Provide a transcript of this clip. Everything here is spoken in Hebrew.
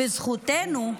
וזכותנו,